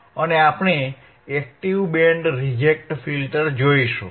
અને આપણે active band reject filter જોશું